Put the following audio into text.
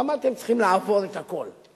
למה אתם צריכים לעבור את הכול?